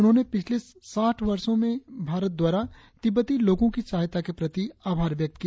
उन्होंने पिछले साठ वर्षों से भारत द्वारा तिब्बती लोगों की सहायता के प्रति आभार व्यक्त किया